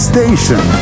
Station